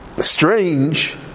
strange